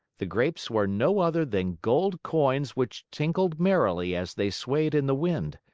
the grapes were no other than gold coins which tinkled merrily as they swayed in the wind.